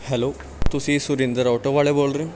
hello ਤੁਸੀਂ Surinder auto ਵਾਲੇ ਬੋਲ ਰਹੇ ਹੋ